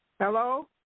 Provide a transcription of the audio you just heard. Hello